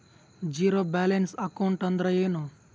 Zero balance account ಅಂದ್ರ ಏನು?